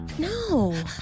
No